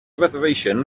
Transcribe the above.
reservation